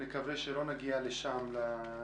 נקווה שלא נגיע לשם בסוף,